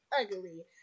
ugly